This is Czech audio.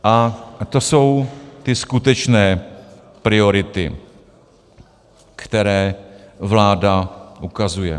A to jsou ty skutečné priority, které vláda ukazuje.